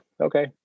okay